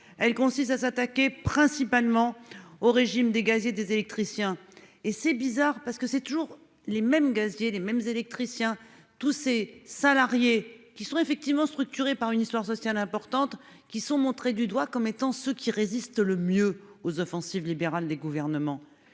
Elle consiste à s'attaquer principalement au régime des gaziers des électriciens et c'est bizarre parce que c'est toujours les mêmes gaziers les mêmes électricien tous ces salariés qui sont effectivement structuré par une histoire sociale importante qui sont montrés du doigt comme étant ceux qui résistent le mieux aux offensives libérales des gouvernements